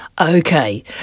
Okay